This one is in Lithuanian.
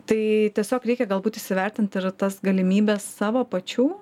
tai tiesiog reikia galbūt įsivertint tada tas galimybes savo pačių